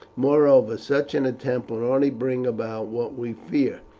moreover, such an attempt would only bring about what we fear.